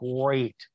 great